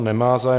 Nemá zájem.